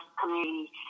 community